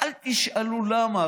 אל תשאלו למה.